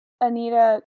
Anita